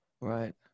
right